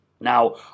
Now